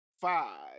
five